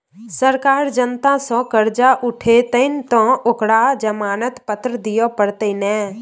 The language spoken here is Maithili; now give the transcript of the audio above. सरकार जनता सँ करजा उठेतनि तँ ओकरा जमानत पत्र दिअ पड़तै ने